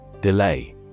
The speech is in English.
Delay